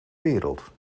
wereld